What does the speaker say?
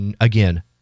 again